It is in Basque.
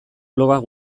blogak